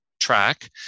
track